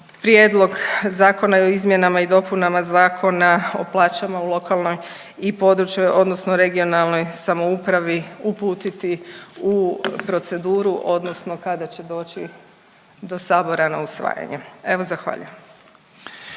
Prijedlog zakona o izmjenama i dopunama Zakona o plaćama u lokalnoj i područnoj odnosno regionalnoj samoupravi uputiti u proceduru odnosno kada će doći do sabora na usvajanje, evo zahvaljujem.